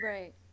Right